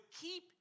keep